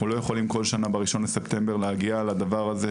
אנחנו לא יכולים בכל שנה ב-1 בספטמבר להגיע לדבר הזה,